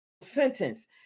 sentence